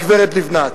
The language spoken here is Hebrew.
הגברת לבנת?